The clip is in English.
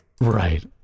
Right